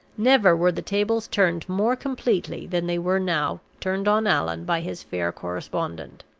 never were the tables turned more completely than they were now turned on allan by his fair correspondent.